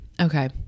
Okay